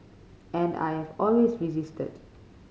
and I have always resisted